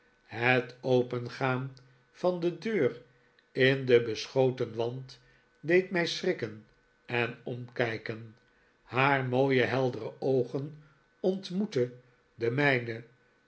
het opengaan van de deur in den beschoten wand deed mij schrikken en omkijken haar mooie heldere oogen ontmoetten de